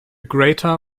greater